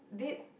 this